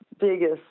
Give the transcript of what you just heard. biggest